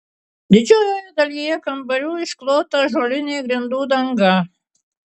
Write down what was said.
didžiojoje dalyje kambarių išklota ąžuolinė grindų danga